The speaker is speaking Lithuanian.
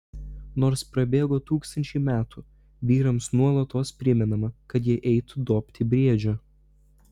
nors prabėgo tūkstančiai metų vyrams nuolatos primenama kad jie eitų dobti briedžio